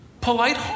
polite